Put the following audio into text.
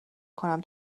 کنم